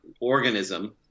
organism